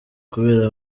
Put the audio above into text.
kubera